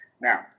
Now